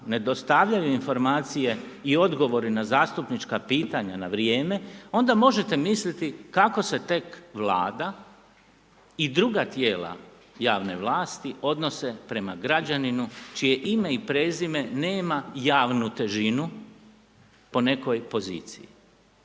ne dostavljaju informacije i odgovori na zastupnička pitanja na vrijeme onda možete misliti kako se tek Vlada i druga tijela javne vlasti odnose prema građaninu čije ime i prezime nema javnu težinu, po nekoj poziciji.